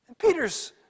Peter's